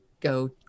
go